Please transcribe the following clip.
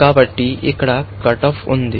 కాబట్టి ఇక్కడ cut off ఉంది